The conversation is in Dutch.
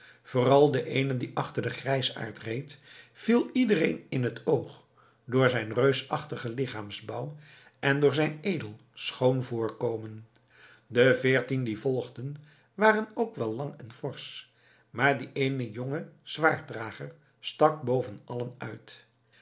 vooral de eene die achter den grijsaard reed viel iedereen in het oog door zijn reusachtigen lichaamsbouw en door zijn edel schoon voorkomen de veertien die volgden waren ook wel lang en forsch maar die eene jonge zwaarddrager stak boven allen uit